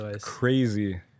crazy